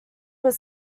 were